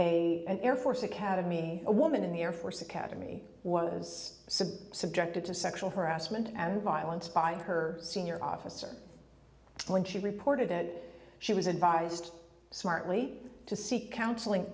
a an air force academy a woman in the air force academy was subjected to sexual harassment and violence by her senior officer when she reported that she was advised smartly to seek counseling